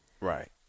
Right